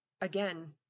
again